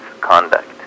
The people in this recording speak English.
conduct